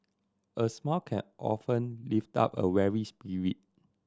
a smile can often lift up a weary spirit